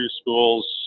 schools